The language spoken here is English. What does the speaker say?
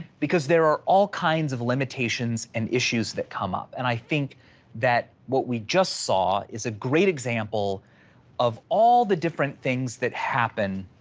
because there are all kinds of limitations and issues that come up. and i think that what we just saw is a great example of all the different things that happen,